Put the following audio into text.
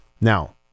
Now